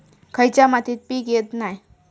खयच्या मातीत पीक येत नाय?